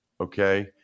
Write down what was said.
okay